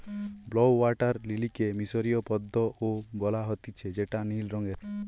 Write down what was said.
blue water লিলিকে মিশরীয় পদ্ম ও বলা হতিছে যেটা নীল রঙের